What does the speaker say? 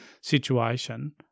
situation